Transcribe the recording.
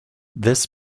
this